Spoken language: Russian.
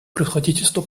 превосходительство